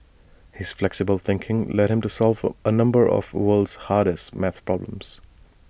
his flexible thinking led him to solve A number of the world's hardest math problems